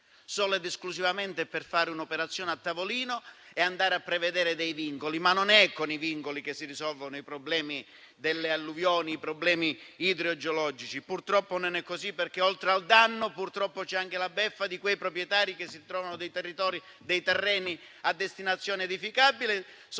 Solo ed esclusivamente per fare un'operazione a tavolino e andare a prevedere dei vincoli. Non è però con i vincoli che si risolvono i problemi idrogeologici legati alle alluvioni. Purtroppo non è così perché oltre al danno, c'è anche la beffa di quei proprietari che si trovano dei terreni a destinazione edificabile